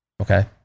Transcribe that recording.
okay